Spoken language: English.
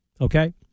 Okay